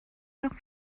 noch